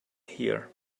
here